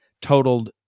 totaled